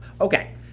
Okay